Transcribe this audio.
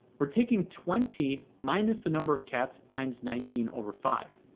we're taking twenty minus the number of cats times nineteen over five.